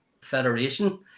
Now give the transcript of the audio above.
Federation